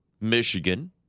Michigan